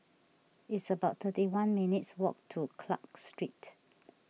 it's about thirty one minutes' walk to Clarke Street